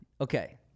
Okay